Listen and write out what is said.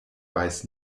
weiß